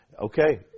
okay